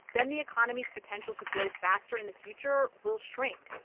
then the economy's potential to grow faster in the future will shrink.